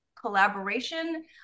collaboration